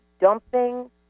dumping